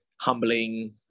humbling